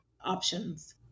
options